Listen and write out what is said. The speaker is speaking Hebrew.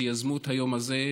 שיזמו את היום הזה,